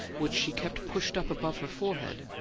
which she kept pushed up above her forehead,